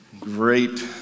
great